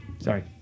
Sorry